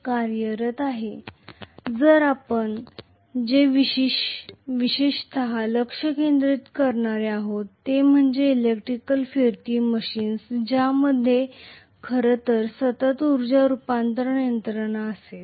तर आपण जे विशेषत लक्ष केंद्रित करणार आहोत ते म्हणजे इलेक्ट्रिकल फिरती मशीन्स ज्यामध्ये खरंतर सतत उर्जा रूपांतरण यंत्रणा असेल